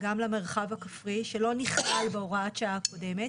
גם למרחב הכפרי שלא נכלל בהוראת שעה הקודמת.